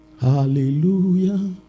hallelujah